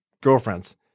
girlfriends